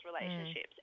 relationships